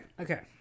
Okay